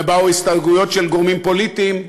ובאו הסתייגויות של גורמים פוליטיים,